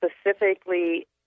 specifically